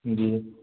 जी